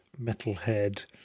metalhead